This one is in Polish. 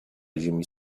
ziemi